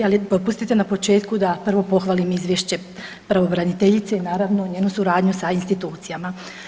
Ali dopustite na početku da prvo pohvalim Izvješće pravobraniteljice, naravno njenu suradnju sa institucijama.